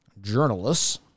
journalists